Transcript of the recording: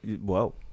Whoa